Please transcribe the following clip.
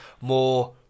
more